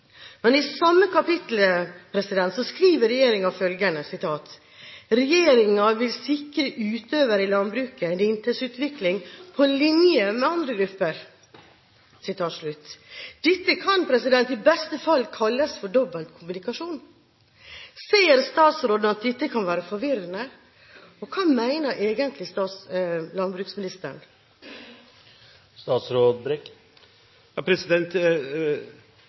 Men i samme kapittel skriver regjeringen følgende: «Regjeringen vil sikre utøverne i landbruket en inntektsutvikling på linje med andre grupper.» Dette kan i beste fall kalles dobbeltkommunikasjon. Ser statsråden at dette kan være forvirrende? Hva mener egentlig landbruksministeren?